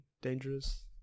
dangerous